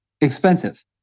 expensive